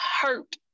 hurt